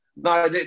No